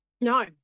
No